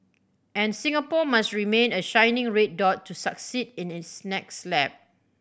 and Singapore must remain a shining red dot to succeed in its next lap